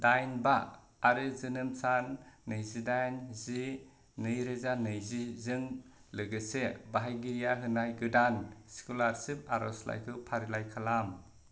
दाइन बा आरो जोनोम सान नैजि दाइन जि नैरोजा नैजि जों लोगोसे बाहायगिरिया होनाय गोदान स्क'लारशिप आर'जलाइखौ फारिलाइ खालाम